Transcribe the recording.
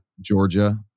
Georgia